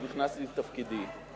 כשנכנסתי לתפקידי,